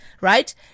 right